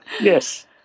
Yes